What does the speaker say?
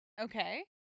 Okay